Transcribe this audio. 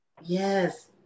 Yes